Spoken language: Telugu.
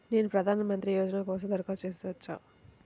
నేను ప్రధాన మంత్రి యోజన కోసం దరఖాస్తు చేయవచ్చా?